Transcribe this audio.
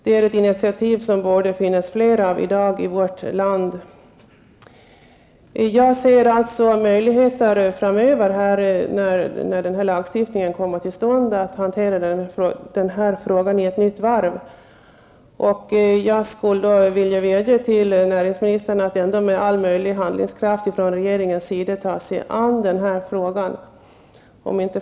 Det är en typ av initiativ som det borde finnas fler av i dag. Jag ser framöver möjligheter att när den nya lagstiftningen kommit till stånd ta upp den här frågan i en ny omgång. Jag skulle vilja vädja till näringsministern att ta sig an den här frågan med all möjlig handlingskraft från regeringens sida, om inte förr så då.